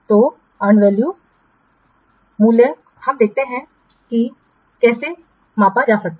तो earn value अर्जित मूल्य आइए हम देखें कि इसे कैसे मापा जा सकता है